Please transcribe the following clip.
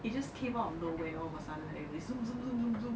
it just came out of nowhere where all of a sudden everybody zoom zoom zoom zoom zoom